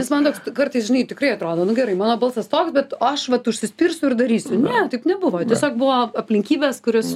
nes man toks kartais žinai tikrai atrodo nu gerai mano balsas toks bet o aš vat užsispirsiu ir darysiu ne taip nebuvo tiesiog buvo aplinkybės kurios